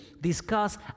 discuss